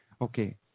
Okay